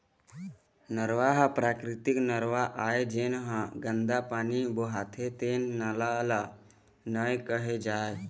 नरूवा ह प्राकृतिक नरूवा आय, जेन ह गंदा पानी बोहाथे तेन नाला ल नइ केहे जाए